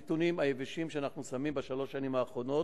הנתונים היבשים שאנחנו שמים בשלוש השנים האחרונות,